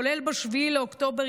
כולל ב-7 באוקטובר,